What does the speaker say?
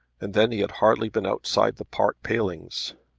and then he had hardly been outside the park palings.